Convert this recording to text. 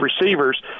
receivers